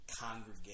congregate